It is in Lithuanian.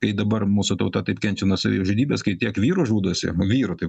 kai dabar mūsų tauta taip kenčia nuo savižudybės kai tiek vyrų žudosi vyrų tai